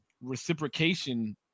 reciprocation